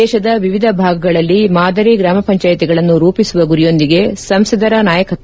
ದೇಶದ ವಿವಿಧ ಭಾಗಗಳಲ್ಲಿ ಮಾದರಿ ಗ್ರಾಮಪಂಚಾಯತ್ಗಳನ್ನು ರೂಪಿಸುವ ಗುರಿಯೊಂದಿಗೆ ಸಂಸದರ ನಾಯಕತ್ತ